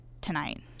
tonight